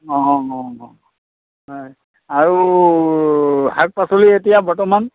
অঁ হয় আৰু শাক পাচলি এতিয়া বৰ্তমান